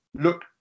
look